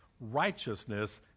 righteousness